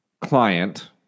client